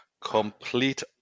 complete